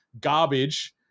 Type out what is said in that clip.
garbage